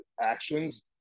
actions